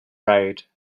road